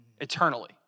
eternally